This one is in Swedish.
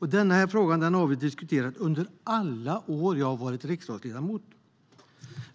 Den frågan har vi diskuterat under alla år som jag har varit riksdagsledamot.